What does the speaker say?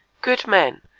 good men,